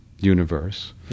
universe